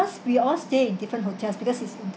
we all stay in different hotels because it's